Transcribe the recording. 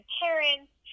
parents